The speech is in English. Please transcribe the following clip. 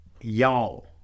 y'all